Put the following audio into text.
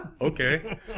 okay